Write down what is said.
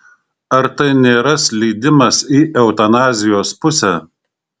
ar tai nėra slydimas į eutanazijos pusę